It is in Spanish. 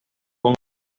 con